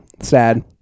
Sad